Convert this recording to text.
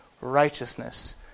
righteousness